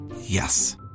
Yes